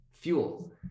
fuel